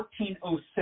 1406